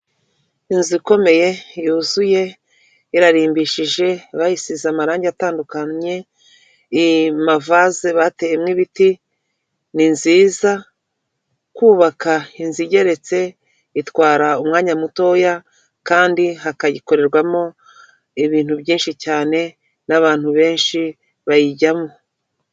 Inzu ikomeye yuzuye irarimbishije bayisize amarangi atandukanye, mu mavase bateyemo ibiti, ni nziza kubaka inzu igeretse itwara umwanya mutoya, kandi hakayikorerwamo ibintu byinshi cyane n'abantu benshi bayijyamo.